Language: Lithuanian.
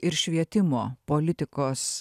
ir švietimo politikos